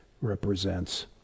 represents